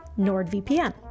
NordVPN